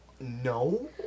No